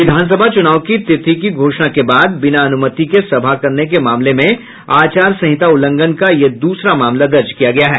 विधानसभा चूनाव की तिथि की घोषणा के बाद बिना अन्मति के सभा करने के मामले में आचार संहिता उल्लंघन का यह दूसरा मामला दर्ज किया गया है